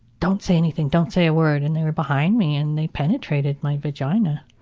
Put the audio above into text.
don't say anything. don't say a word! and they were behind me and they penetrated my vagina.